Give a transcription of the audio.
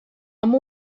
amb